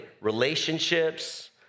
relationships